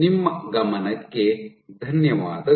ನಿಮ್ಮ ಗಮನಕ್ಕೆ ಧನ್ಯವಾದಗಳು